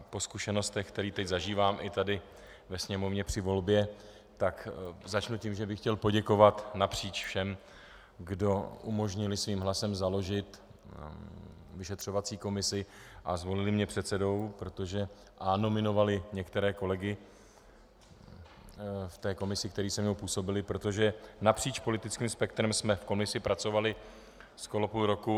Po zkušenostech, které teď zažívám i tady ve Sněmovně při volbě, začnu tím, že bych chtěl poděkovat napříč všem, kdo umožnili svým hlasem založit vyšetřovací komisi a zvolili mě předsedou a nominovali některé kolegy v komisi, kteří se mnou působili, protože napříč politickým spektrem jsme v komisi pracovali skoro půl roku.